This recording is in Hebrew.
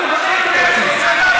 אני לא מוסיף.